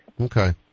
Okay